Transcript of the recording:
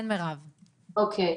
אוקיי,